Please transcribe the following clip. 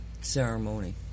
ceremony